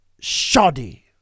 shoddy